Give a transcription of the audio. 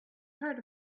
heard